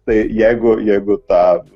tai jeigu jeigu tą